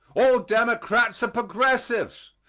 all democrats are progressives.